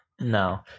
No